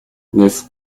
neuf